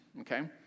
okay